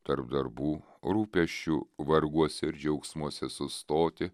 tarp darbų rūpesčių varguose ir džiaugsmuose sustoti